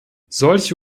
solche